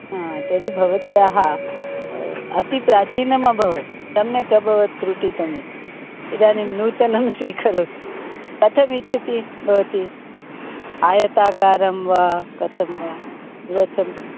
हा तर्हि भवत्याः अतिप्राचीनमभवत् सम्यक् अभवत् त्रुटितम् इति इदानीं नूतनं स्वीकरोतु कथमिच्छति भवती आयताकारं वा कथं वा विवृतं